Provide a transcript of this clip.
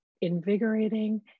invigorating